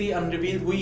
unrevealed